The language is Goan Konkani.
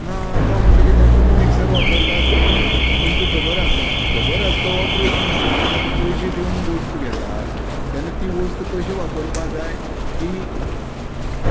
ना तो म्हणटा कितें तुमी मिक्सर वापरतात न्ही तुमकां खबर आसतली खबर आस तो प्रस्न ना आमी जेन्ना पयशें दिवन वस्तू घेतात तेन्ना तीं वस्त कशी वापरपा जाय ती